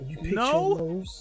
No